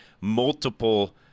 multiple